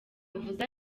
avuze